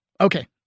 Okay